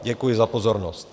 Děkuji za pozornost.